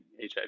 HIV